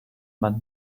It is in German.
man